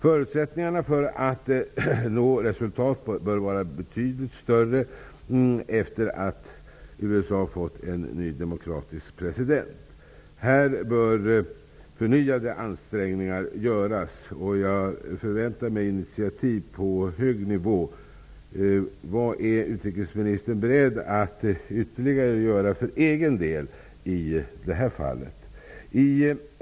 Förutsättningarna för att nå resultat bör vara betydligt större efter det att USA fått en ny demokratisk president. Här bör förnyade ansträngningar göras. Jag förväntar mig initiativ på hög nivå. Vad är utrikesministern beredd att ytterligare göra för egen del i detta fall?